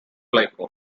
glycol